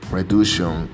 Reduction